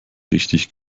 richtig